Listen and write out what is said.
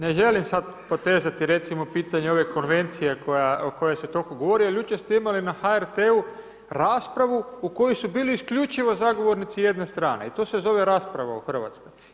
Ne želim sada potezati recimo pitanje ove konvencije o kojoj se toliko govori, ali jučer ste imali na HRT-u raspravu u kojoj su bili isključivo zagovornici jedne strane i to se zove rasprava u Hrvatskoj.